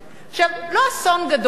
עכשיו, לא אסון גדול לאנושות,